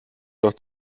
doch